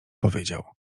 powiedział